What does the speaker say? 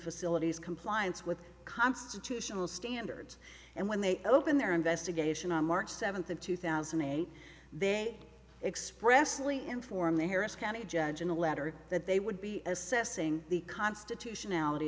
facilities compliance with constitutional standards and when they open their investigation on march seventh of two thousand and eight they expressively inform the harris county judge in a letter that they would be assessing the constitutionality